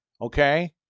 Okay